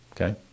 Okay